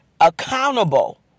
accountable